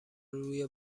روی